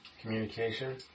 Communication